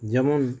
যেমন